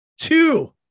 two